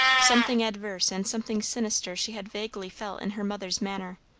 something adverse and something sinister she had vaguely felt in her mother's manner,